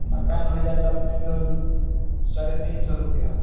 mutton होइ जाएत अपनेके साढ़े तीन सए रूपैआ